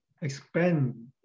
expand